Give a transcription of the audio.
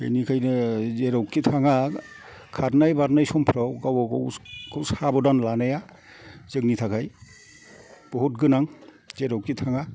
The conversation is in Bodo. बेनिखायनो जेरावखि थाङा खारनाय बारनाय समफ्राव गावबा गावखौ साब'धान लानाया जोंनि थाखाय बहुद गोनां जेरावखि थाङा